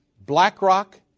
BlackRock